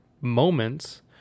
moments